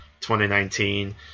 2019